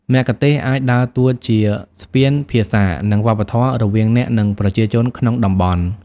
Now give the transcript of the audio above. មគ្គុទ្ទេសក៍អាចដើរតួជា ស្ពានភាសា និងវប្បធម៌ រវាងអ្នក និងប្រជាជនក្នុងតំបន់។